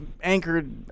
anchored